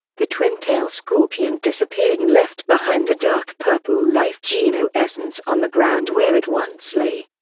the twin-tail scorpion disappeared and left behind a dark purple life geno essence on the ground where it once lay.